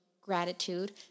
gratitude